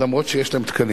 אף-על-פי שיש להם תקנים.